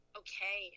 okay